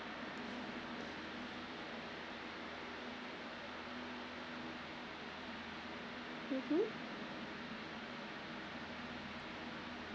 mmhmm